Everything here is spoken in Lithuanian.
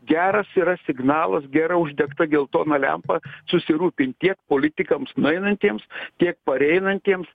geras yra signalas gera uždegta geltona lempa susirūpint tiek politikams nueinantiems tiek pareinantiems